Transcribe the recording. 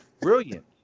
Brilliant